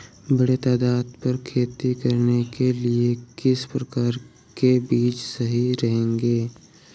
बड़े तादाद पर खेती करने के लिए किस प्रकार के बीज सही रहेंगे?